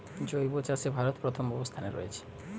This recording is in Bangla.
জৈব চাষে ভারত প্রথম অবস্থানে রয়েছে